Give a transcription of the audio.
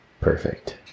perfect